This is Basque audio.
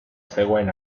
zegoen